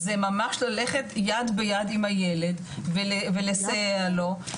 זה ממש ללכת יד ביד עם הילד ולסייע לו.